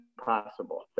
possible